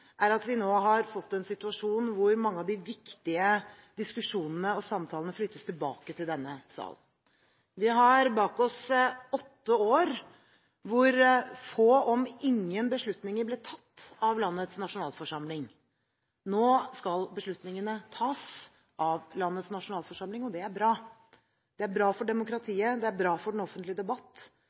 er at vi nå har fått en situasjon hvor mange av de viktige diskusjonene og samtalene flyttes tilbake til denne sal. Vi har bak oss åtte år hvor få, om noen, beslutninger ble tatt av landets nasjonalforsamling. Nå skal beslutningene tas av landets nasjonalforsamling, og det er bra. Det er bra for demokratiet og det er bra for den offentlige debatt.